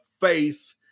faith